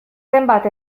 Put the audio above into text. zenbat